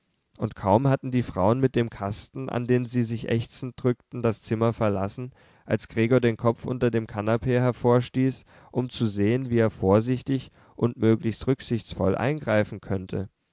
und kaum hatten die frauen mit dem kasten an den sie sich ächzend drückten das zimmer verlassen als gregor den kopf unter dem kanapee hervorstieß um zu sehen wie er vorsichtig und möglichst rücksichtsvoll eingreifen könnte